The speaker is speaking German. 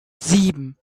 sieben